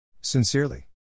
Sincerely